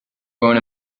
going